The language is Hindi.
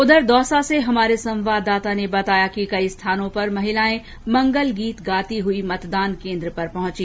उधर दौसा से हमारे संवाददाता ने बताया कि कई स्थानों पर महिलाएं मंगल गीत गाती हुई मतदान केन्द्र पर पहुंची